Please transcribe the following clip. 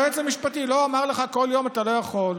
והיועץ המשפטי לא אמר לך כל יום: אתה לא יכול.